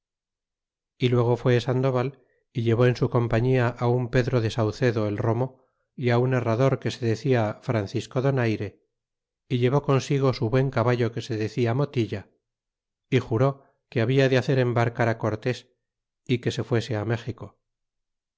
y luego fue sandoval y llevó en su compañía un pedro de sauzedo el romo y un herrador que se decía francisco donaire y llevó consigo su buen caballo que se decia molina y jure que habia de hacer embarcar cortés y que se fuese méxico